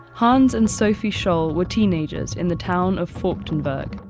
hans and sophie scholl were teenagers in the town of forchtenberg.